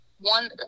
one –